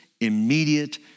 immediate